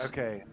Okay